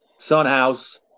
Sunhouse